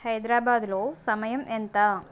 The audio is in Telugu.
హైదరాబాద్లో సమయం ఎంత